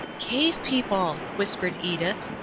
cave people, whispered edith,